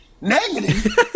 Negative